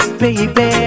baby